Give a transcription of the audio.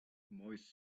moist